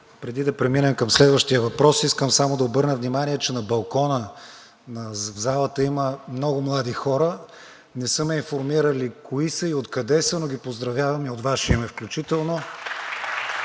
Преди да преминем към следващия въпрос, искам само да обърна внимание, че на балкона в залата има много млади хора. Не са ме информирали кои са и откъде са, но ги поздравявам и от Ваше име включително.